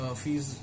fees